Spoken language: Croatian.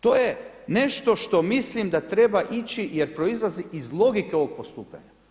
To je nešto što mislim da treba ići jer proizlazi iz logike ovog postupanja.